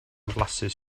flasus